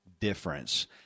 difference